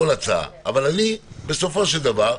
אבל בסופו של דבר,